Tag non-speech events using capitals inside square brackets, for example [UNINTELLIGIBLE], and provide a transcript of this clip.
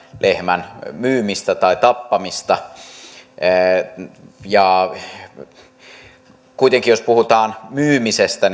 lehmän myymistä tai tappamista kuitenkin jos puhutaan myymisestä [UNINTELLIGIBLE]